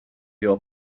your